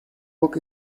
book